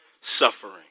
suffering